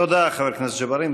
תודה, חבר הכנסת ג'בארין.